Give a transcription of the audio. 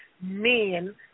men